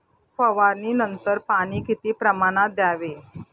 फवारणीनंतर पाणी किती प्रमाणात द्यावे?